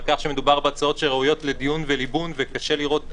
כך שמדובר בהצעות שראויות לדיון וליבון וקשה לראות